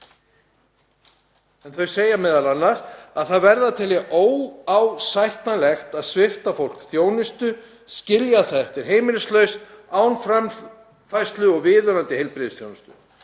Þau segja m.a. að það verði að teljast óásættanlegt að svipta fólk þjónustu, skilja það eftir heimilislaust, án framfærslu og viðunandi heilbrigðisþjónustu.